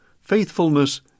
faithfulness